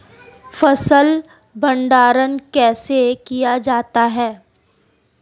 फ़सल भंडारण कैसे किया जाता है?